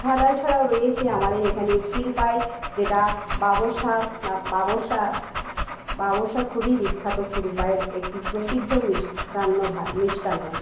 ঘাটাল ছাড়াও রয়েছে আমাদের এখানে ক্ষীরপাই যেটা বাবরশা বা বাবরশা বাবরশা খুবই বিখ্যাত ক্ষীরপাইয়ের একটি প্রসিদ্ধ মিষ্টান্ন ভান মিষ্টান্ন